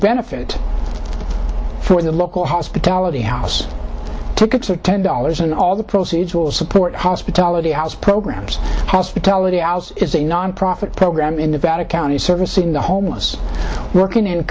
benefit for the local hospitality house tickets of ten dollars and all the proceeds will support hospitality house programs hospitality house is a nonprofit program in nevada county service in the homeless working in